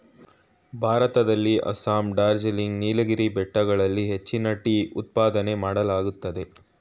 ಭಾರತದಲ್ಲಿ ಅಸ್ಸಾಂ, ಡಾರ್ಜಿಲಿಂಗ್, ನೀಲಗಿರಿ ಬೆಟ್ಟಗಳಲ್ಲಿ ಹೆಚ್ಚಿನ ಟೀ ಉತ್ಪಾದನೆ ಮಾಡಲಾಗುತ್ತದೆ